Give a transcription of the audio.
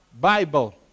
Bible